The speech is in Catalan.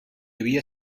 havia